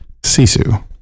Sisu